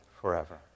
forever